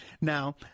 Now